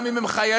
גם אם הם חיילים,